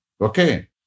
Okay